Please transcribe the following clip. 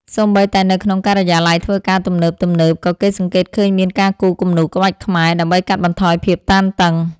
សូម្បីតែនៅក្នុងការិយាល័យធ្វើការទំនើបៗ ក៏គេសង្កេតឃើញមានការគូរគំនូរក្បាច់ខ្មែរដើម្បីកាត់បន្ថយភាពតានតឹង។